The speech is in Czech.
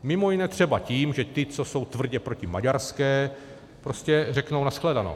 Mimo jiné třeba tím, že ty, co jsou tvrdě protimaďarské, prostě řeknou na shledanou.